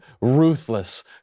ruthless